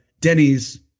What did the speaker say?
Denny's